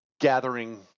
gathering